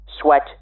sweat